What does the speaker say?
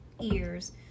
ears